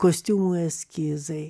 kostiumų eskizai